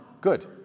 Good